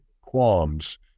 qualms